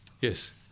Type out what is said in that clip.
Yes